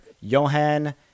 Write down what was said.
Johan